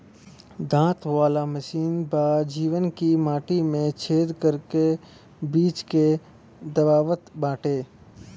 दांत वाला मशीन बा जवन की माटी में छेद करके बीज के दबावत बाटे